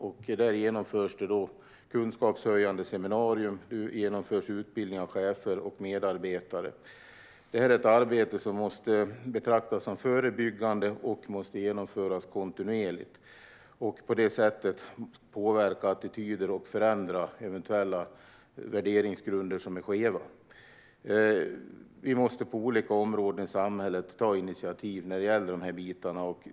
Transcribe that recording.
Inom detta genomförs kunskapshöjande seminarier liksom utbildningar av chefer och medarbetare. Detta arbete måste betraktas som förebyggande, och det måste genomföras kontinuerligt för att på detta sätt påverka attityder och förändra värderingsgrunder som eventuellt är skeva. Vi måste på olika områden i samhället ta initiativ när det gäller dessa saker.